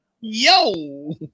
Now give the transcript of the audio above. Yo